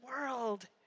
world